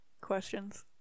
questions